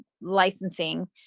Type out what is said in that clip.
licensing